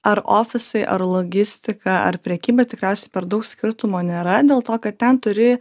ar ofisai ar logistika ar prekyba tikriausiai per daug skirtumo nėra dėl to kad ten turi